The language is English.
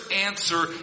answer